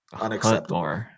Unacceptable